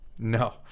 No